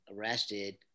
arrested